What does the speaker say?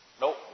Nope